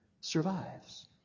survives